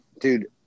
Dude